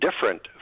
different